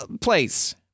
place